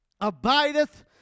abideth